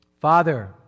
Father